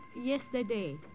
yesterday